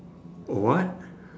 what